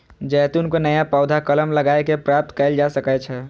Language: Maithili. जैतून के नया पौधा कलम लगाए कें प्राप्त कैल जा सकै छै